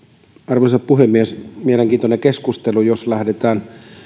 arvoisa puhemies mielenkiintoinen keskustelu kun lähdetään